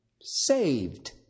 saved